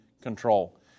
control